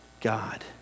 God